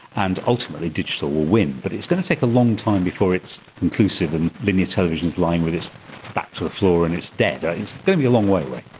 and ultimately digital will win. but it's going to take a long time before it's conclusive and linear television is lying with its back to the floor and it's dead. ah it's going to be a long way away.